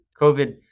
COVID